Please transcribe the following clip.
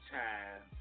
time